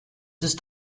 ist